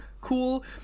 cool